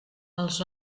els